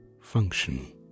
function